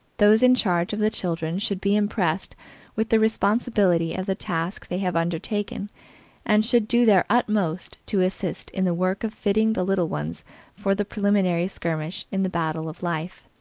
those in charge of the children should be impressed with the responsibility of the task they have undertaken and should do their utmost to assist in the work of fitting the little ones for the preliminary skirmish in the battle of life.